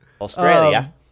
Australia